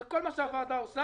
זה כל מה שהוועדה עושה.